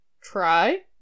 try